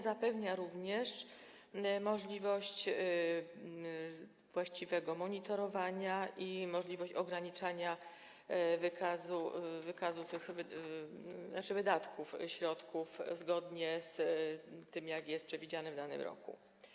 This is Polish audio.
Zapewnia on również możliwość właściwego monitorowania i możliwość ograniczenia wykazu, to znaczy wydatków środków zgodnie z tym, jak jest to przewidziane w danym roku.